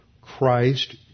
christ